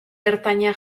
ertaina